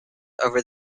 over